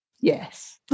Yes